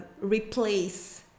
replace